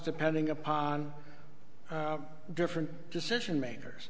depending upon different decision makers